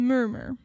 Murmur